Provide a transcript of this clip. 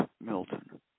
Milton